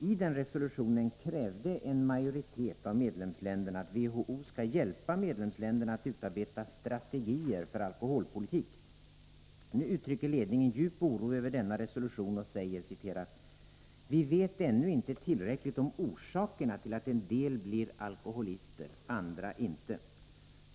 I den resolutionen krävde en majoritet av medlemsländerna att WHO skall hjälpa medlemsländerna att utarbeta strategier för alkoholpolitik. Nu uttrycker ledningen djup oro över denna resolution och säger: ”Vi vet ännu inte tillräckligt om orsakerna till att en del blir alkoholister, andra inte.